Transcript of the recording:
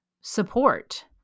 support